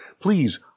Please